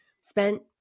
spent